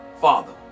Father